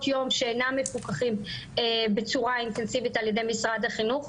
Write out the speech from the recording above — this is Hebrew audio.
יום שאינם מפוקחים בצורה אינטנסיבית על ידי משרד החינוך,